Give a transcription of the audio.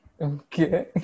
Okay